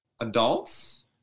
Adults